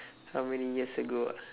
how many years ago ah